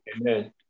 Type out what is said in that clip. Amen